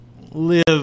live